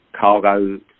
cargo